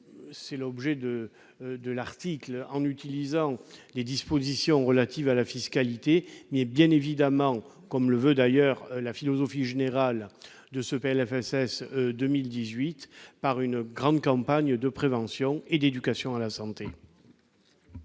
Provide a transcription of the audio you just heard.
c'est l'objet de l'article, de dispositions relatives à la fiscalité, mais aussi, comme le veut d'ailleurs la philosophie générale de ce PLFSS 2018, d'une grande campagne de prévention et d'éducation à la santé.